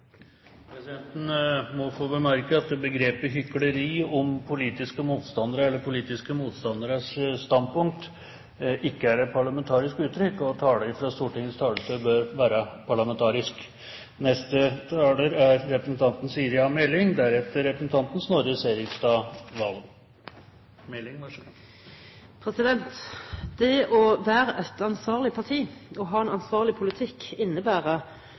Presidenten må få bemerke at begrepet «hykleri» om politiske motstandere eller politiske motstanderes standpunkt, ikke er et parlamentarisk uttrykk, og at tale fra Stortingets talerstol bør være parlamentarisk. Det å være et ansvarlig parti og ha en ansvarlig politikk innebærer